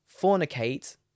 Fornicate